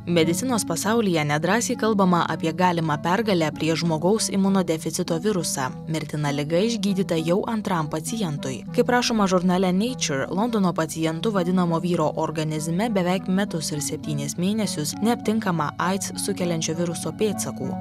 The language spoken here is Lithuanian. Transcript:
medicinos pasaulyje nedrąsiai kalbama apie galimą pergalę prieš žmogaus imunodeficito virusą mirtina liga išgydyta jau antram pacientui kaip rašoma žurnale neičia londono pacientu vadinamo vyro organizme beveik metus ir septynis mėnesius neaptinkama aids sukeliančio viruso pėdsakų